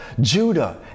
Judah